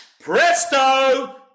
Presto